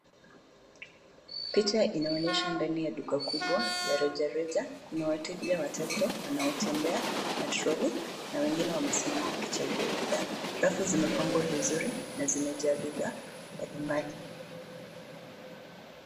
Picha inaonyesha ndani ya duka kubwa la rejareja, kuna wateja wachache wanaotembea, na troli, na wengine wamesimama wakichagua bidhaa, rafu zimepangwa vizuri na zimejaa bidhaa, mbalimbali.